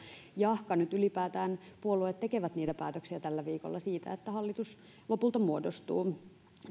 jahka nyt ylipäätään puolueet tekevät tällä viikolla päätöksiä siitä että hallitus lopulta muodostuu täällä on ollut